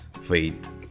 faith